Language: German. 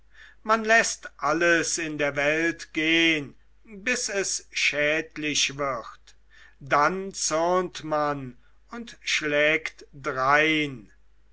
man läßt alles in der welt gehn bis es schädlich wird dann zürnt man und schlägt drein